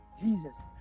Jesus